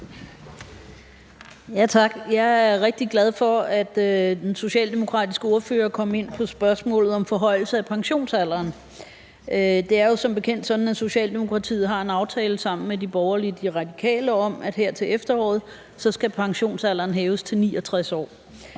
Jeg er rigtig glad for, at den socialdemokratiske ordfører kom ind på spørgsmålet om forhøjelse af pensionsalderen. Det er jo som bekendt sådan, at Socialdemokratiet har en aftale sammen med de borgerlige og De Radikale om, at pensionsalderen her til efteråret skal hæves til 69 år.